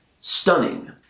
stunning